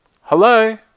Hello